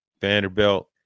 Vanderbilt